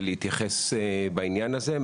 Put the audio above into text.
להתייחס אליהן בעניין הזה.